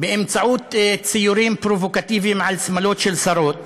באמצעות ציורים פרובוקטיביים על שמלות של שרות